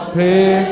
pay